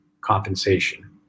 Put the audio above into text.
compensation